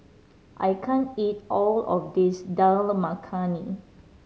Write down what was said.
I can't eat all of this Dal Makhani